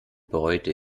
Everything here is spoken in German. bereute